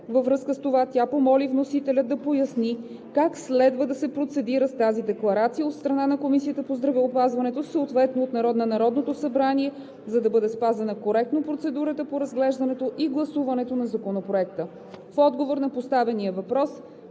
Във връзка с това тя помоли вносителят да поясни как следва да се процедира с тази декларация от страна на Комисията по здравеопазването, съответно на Народното събрание, за да бъде спазена коректно процедурата по разглеждането и гласуването на Законопроекта. В отговор на поставения въпрос